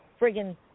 friggin